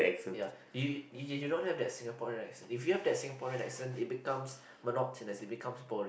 ya you you you don't have that Singaporean accent if you have that Singaporean accent it becomes monotonous it becomes boring